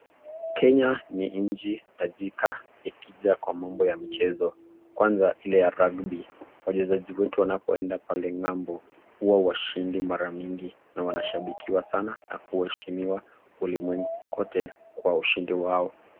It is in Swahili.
Kenya ni nchi tajika ikija kwa mambo ya michezo. Kwanza ile ya rugby . Wachezaji wetu wanapoenda pale ng'ambo huwa washindi mara mingi na wanashabikiwa sana na kuheshimiwa ulimwengu kote kwa ushindi wao.